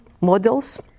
models